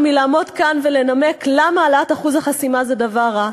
מלעמוד כאן ולנמק למה העלאת אחוז החסימה זה דבר רע?